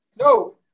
No